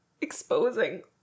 exposing